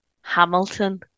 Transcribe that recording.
Hamilton